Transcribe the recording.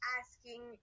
asking